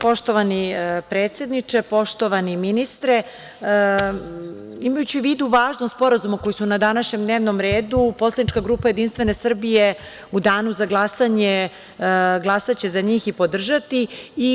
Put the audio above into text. Poštovani predsedniče, poštovani ministre, imajući u vidu važnost sporazuma koji su danas na dnevnom redu, poslanička grupa JS u Danu za glasanje glasaće za njih i podržati ih.